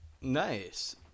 Nice